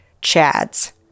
Chad's